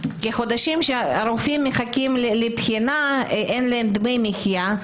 כי החודשים שהרופאים מחכים ל בחינה אין להם דמי מחיה,